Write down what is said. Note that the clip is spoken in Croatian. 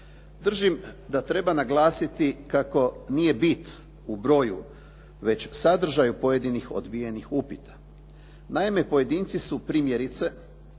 Držim da treba naglasiti kako nije bit u broju, već sadržaj pojedenih odbijenih upita. Naime, pojedinci su primjerice